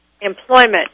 Employment